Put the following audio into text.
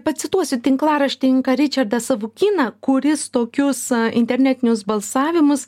pacituosiu tinklaraštininką ričardą savukyną kuris tokius internetinius balsavimus